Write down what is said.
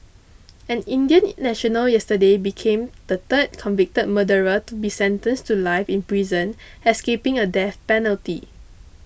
an Indian national yesterday became the third convicted murderer to be sentenced to life in prison escaping a death penalty